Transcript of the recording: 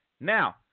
Now